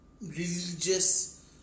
religious